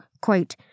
quote